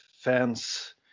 fans